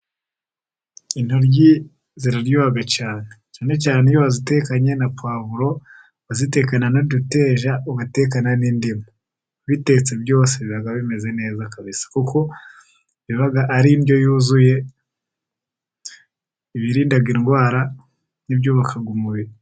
Intoryi ziraryoha cyane, cyane cyane iyo wazitekanye na puwavulo, ukazitekana n'uduteja, ugatekana n'indimu bitetse byose biba bimeze neza kabisa, kuko biba ari indyo yuzuye ibirinda indwara n'ibyubaka umubiri.